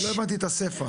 לא הבנתי את הסיפא.